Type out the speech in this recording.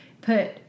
put